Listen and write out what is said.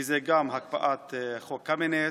וזה גם הקפאת חוק קמיניץ,